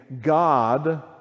God